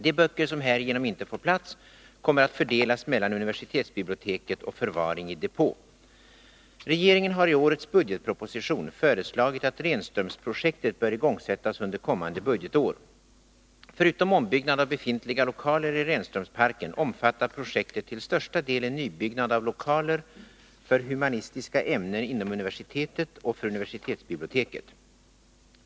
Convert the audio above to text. De böcker som härigenom inte får plats kommer att fördelas mellan universitetsbiblioteket och förvaring i depå. Regeringen har i årets budgetproposition föreslagit att Renströmsprojektet bör igångsättas under kommande budgetår. Förutom ombyggnad av befintliga lokaler i Renströmsparken omfattar projektet till största delen nybyggnad av lokaler för humanistiska ämnen inom universitetet och för universitetsbiblioteket.